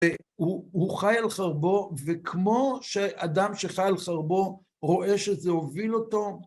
הוא חי על חרבו, וכמו שאדם שחי על חרבו רואה שזה הוביל אותו,